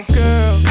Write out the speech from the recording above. girl